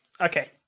Okay